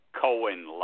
Cohen